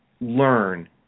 learn